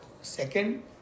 Second